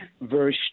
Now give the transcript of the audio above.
verse